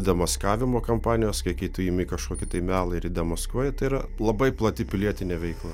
demaskavimo kampanijos kai kai tu imi kažkokį melą ir jį demaskuoji tai yra labai plati pilietinė veikla